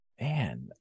man